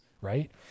right